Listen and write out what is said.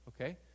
Okay